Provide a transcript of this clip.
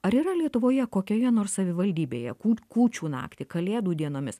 ar yra lietuvoje kokioje nors savivaldybėje kū kūčių naktį kalėdų dienomis